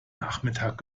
nachmittag